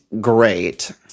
great